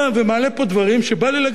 פה דברים שבא לי להגיד לך: אדוני,